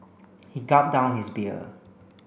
he gulped down his beer